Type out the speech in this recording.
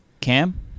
Cam